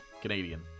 Canadian